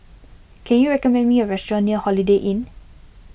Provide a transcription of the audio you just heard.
can you recommend me a restaurant near Holiday Inn